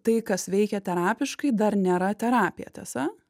tai kas veikia terapiškai dar nėra terapija tiesa